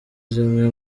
zimwe